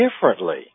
differently